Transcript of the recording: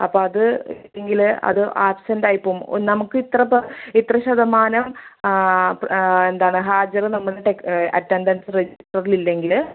അപ്പം അത് ഇല്ലെങ്കിൽ അത് ആബ്സെൻറ്റായി പോം നമുക്ക് ഇത്ര പെ ഇത്ര ശതമാനം എന്താണ് ഹാജറ് നമ്മുടെ ടെക് അറ്റൻഡൻസ്സ് റെജിസ്റ്ററിലില്ലെങ്കിൽ